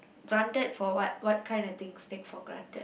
granted for what what kind of things takes for granted